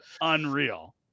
Unreal